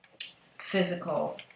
physical